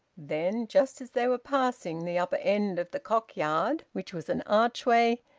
then, just as they were passing the upper end of the cock yard, which was an archway,